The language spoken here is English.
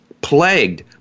plagued